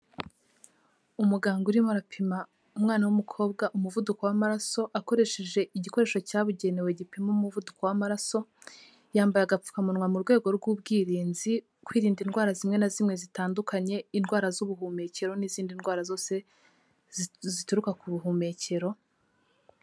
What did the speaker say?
Umuganga arimo arapima umwana w'umukobwa umuvuduko w'amaraso akoresheje igikoresho cyabugenewe gipima umuvuduko w'amaraso, yambaye agapfukamunwa mu rwego rw'ubwirinzi kwirinda indwara zimwe na zimwe zitandukanye, indwara z'ubuhumekero n'izindi ndwara zose zituruka ku buhumekero.